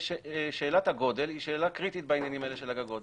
ששאלת הגודל היא שאלה קריטית בעניין הגגות.